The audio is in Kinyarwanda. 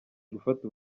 gufata